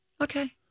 Okay